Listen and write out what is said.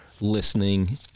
listening